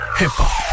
hip-hop